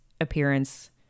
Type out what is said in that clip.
appearance